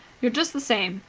you're just the same.